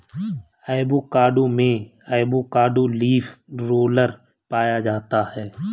avocado में avocado leaf roller पाया जाता है